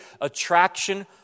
attraction